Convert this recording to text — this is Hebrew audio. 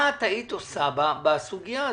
מה את היית עושה בסוגיה הזאת?